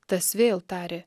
tas vėl tarė